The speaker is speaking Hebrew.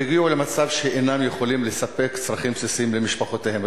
-- והגיעו למצב שאינם יכולים לספק צרכים בסיסיים למשפחותיהם.